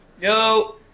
Yo